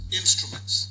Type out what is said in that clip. instruments